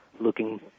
looking